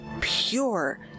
pure